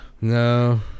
No